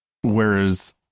Whereas